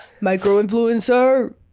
Micro-influencer